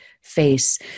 face